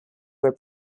were